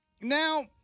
Now